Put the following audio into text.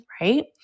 right